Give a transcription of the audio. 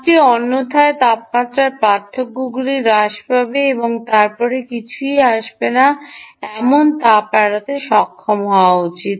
তাপটি অন্যথায় তাপমাত্রার পার্থক্যগুলি হ্রাস পাবে এবং তারপরে কিছুই আসবে না এমন তাপ এড়াতে সক্ষম হওয়া উচিত